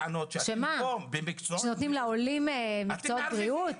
שנותנים לעולים מקצועות בריאות?